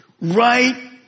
Right